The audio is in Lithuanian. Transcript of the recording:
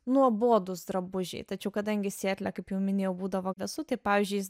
nuobodūs drabužiai tačiau kadangi sietle kaip jau minėjau būdavo vėsu kaip pavyzdžiui jis